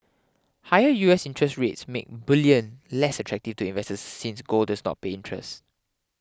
higher U S interest rates make bullion less attractive to investors since gold does not pay interest